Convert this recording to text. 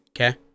Okay